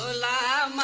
ah la